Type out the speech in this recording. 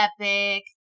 epic